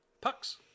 Pucks